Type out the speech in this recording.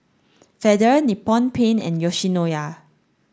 Feather Nippon Paint and Yoshinoya